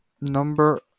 number